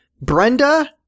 Brenda